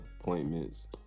appointments